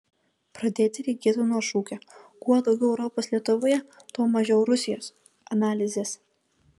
pradėti reikėtų nuo šūkio kuo daugiau europos lietuvoje tuo mažiau rusijos analizės